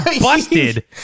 busted